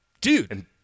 Dude